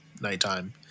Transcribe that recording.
nighttime